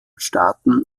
staaten